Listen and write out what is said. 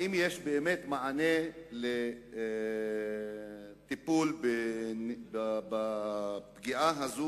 האם יש באמת מענה וטיפול בפגיעה הזאת